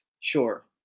Sure